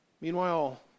Meanwhile